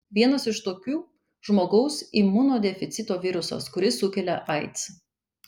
vienas iš tokių žmogaus imunodeficito virusas kuris sukelia aids